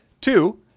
Two